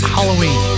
Halloween